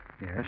Yes